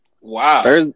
Wow